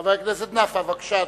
חבר הכנסת נפאע, בבקשה.